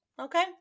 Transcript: Okay